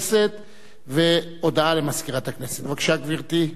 הכנסת, בבקשה, גברתי.